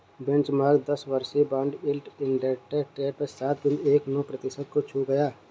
benchmark दस वर्षीय bond yield intraday trade में सात बिंदु एक नौ प्रतिशत को छू गया